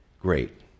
great